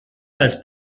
als